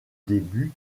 début